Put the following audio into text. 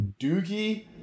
Doogie